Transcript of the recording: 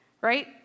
right